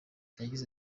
yagize